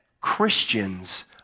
Christians